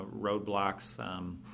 roadblocks